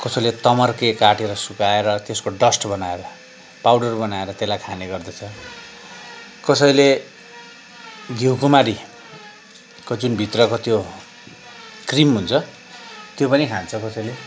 कसैले तमार्के काटेर सुकाएर त्यसको डस्ट बनाएर पाउडर बनाएर त्यसलाई खाने गर्दछ कसैले घिउकुमारीको जुन भित्रको त्यो क्रिम हुन्छ त्यो पनि खान्छ कसैले